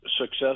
success